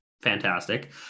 fantastic